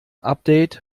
update